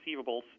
receivables